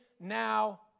now